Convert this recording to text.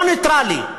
לא נייטרלי,